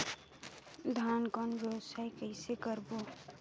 धान कौन व्यवसाय कइसे करबो?